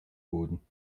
boden